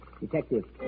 Detective